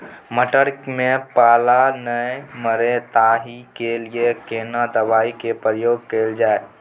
मटर में पाला नैय मरे ताहि के लिए केना दवाई के प्रयोग कैल जाए?